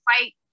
fight